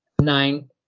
nine